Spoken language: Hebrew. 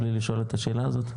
בלי לשאול את השאלה הזאת?